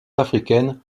africaine